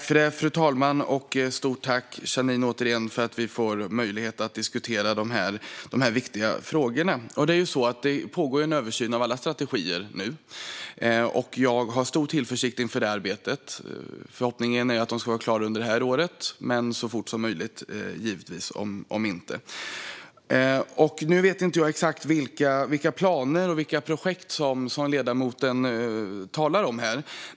Fru talman! Jag tackar Janine Alm Ericson för möjligheten att diskutera dessa viktiga frågor. Det pågår en översyn av alla strategier, vilket jag ser an med stor tillförsikt. Förhoppningsvis blir den klar under året men om inte så snart som möjligt. Jag vet inte exakt vilka planer och projekt ledamoten talar om.